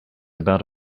about